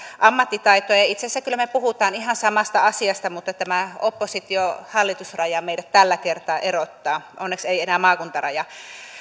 ammattitaitoa itse asiassa kyllä me puhumme ihan samasta asiasta mutta tämä oppositio hallitus raja meidät tällä kertaa erottaa onneksi ei enää maakuntaraja